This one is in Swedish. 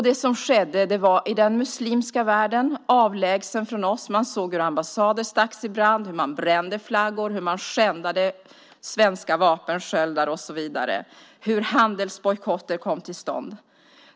Det som skedde var i den muslimska världen, avlägsen från oss. Man såg hur ambassader stacks i brand, hur man brände flaggor, hur man skändade svenska vapensköldar och så vidare, hur handelsbojkotter kom till stånd.